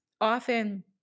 often